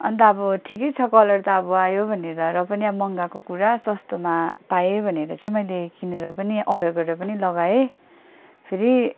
अन्त अब ठिकै छ कलर त अब आयो भनेर र पनि मगाएको कुरा सस्तोमा पाएँ भनेर चाहिँ मैले किनेर पनि अर्डर गरेर पनि लगाएँ फेरि